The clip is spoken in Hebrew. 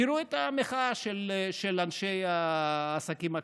תראו את המחאה של אנשי העסקים הקטנים.